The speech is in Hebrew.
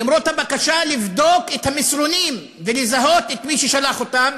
למרות הבקשה לבדוק את המסרונים ולזהות את מי ששלח אותם,